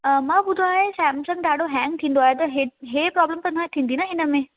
मां ॿुधो आहे सैमसंग ॾाढो हैंग थींदो आहे त इहा इहा प्रॉब्लम त न थींदी न हिन में